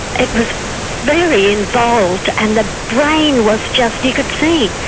it was very involved, and the brain was just, you could see,